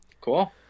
Cool